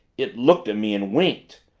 it looked at me and winked!